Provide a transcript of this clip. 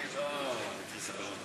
אתה לא עשה את זה?